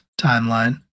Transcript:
timeline